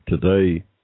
Today